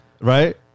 Right